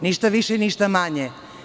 Ništa više i ništa manje.